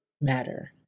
matter